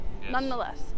nonetheless